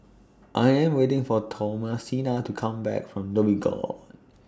I Am waiting For Thomasina to Come Back from Dhoby Ghaut